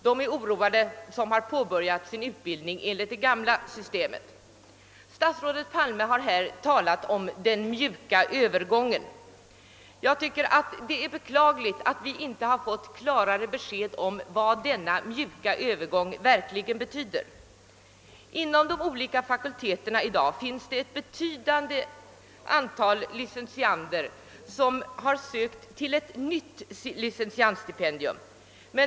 De är oroade som har påbörjat sin utbildning enligt det gamla systemet. Statsrådet Palme har här talat om »den mjuka Öövergången». Jag tycker det är beklagligt att 'vi inte har fått klarare besked om vad denna mjuka övergång verkligen betyder. Inom de olika fakulteterna finns i dag ett betydande antal licentiander som har sökt ett nytt licentiandstipendium.